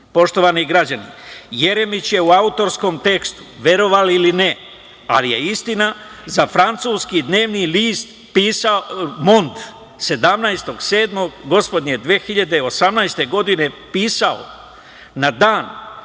građani, Jeremić je u autorskom tekstu, verovali ili ne, ali je istina, za francuski dnevni list „Mont“ 17.7.2018. godine pisao na dan